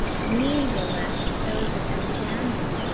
and me they left with those of epidamnum.